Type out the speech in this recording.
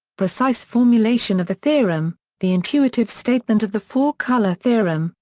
precise formulation of the theorem the intuitive statement of the four color theorem,